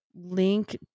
link